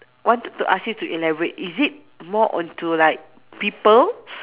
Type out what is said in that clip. wanted to ask you to elaborate is it more onto like people